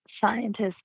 scientists